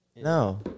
No